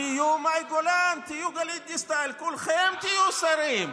תהיו מאי גולן, תהיו גלית דיסטל, כולכם תהיו שרים.